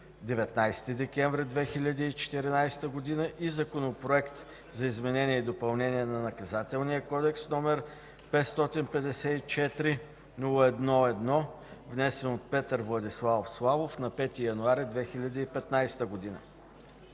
19 декември 2014 г.; и Законопроект за изменение и допълнение на Наказателния кодекс, № 554-01-1, внесен от Петър Владиславов Славов на 5 януари 2015 г.